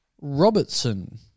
Robertson